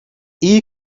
iyi